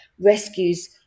rescues